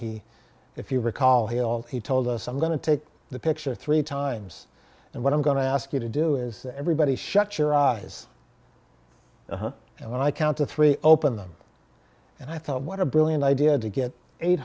he if you recall he all he told us i'm going to take the picture three times and what i'm going to ask you to do is everybody shut your eyes and i count to three open them and i thought what a brilliant idea to get eight